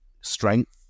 strength